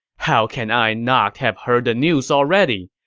how can i not have heard the news already?